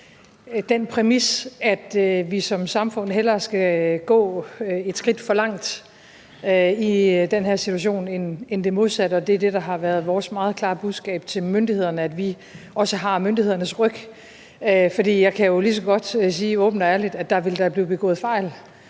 den præmis, at vi som samfund hellere skal gå et skridt for langt i den her situation end det modsatte, og det er det, der har været vores meget klare budskab til myndighederne – at vi også har myndighedernes ryg. For jeg kan jo lige så godt sige åbent og ærligt, at der da vil blive begået fejl